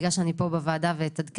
בגלל שאני פה בוועדה ואתעדכן,